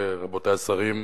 אדוני היושב-ראש, רבותי השרים,